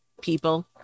people